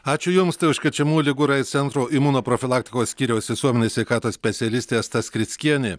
ačiū jums tai užkrečiamųjų ligų ir aids centro imunoprofilaktikos skyriaus visuomenės sveikatos specialistė asta skrickienė